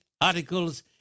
articles